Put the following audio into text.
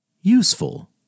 useful